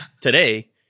today